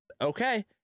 okay